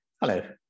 Hello